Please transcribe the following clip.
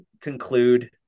conclude